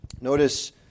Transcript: Notice